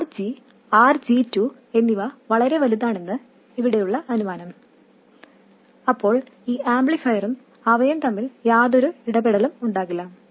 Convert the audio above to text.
RG RG2 എന്നിവ വളരെ വലുതാണെന്നാണ് ഇവിടെയുള്ള അനുമാനം അപ്പോൾ ഈ ആംപ്ലിഫയറും അവയും തമ്മിൽ യാതൊരു ഇടപെടലും ഉണ്ടാകില്ല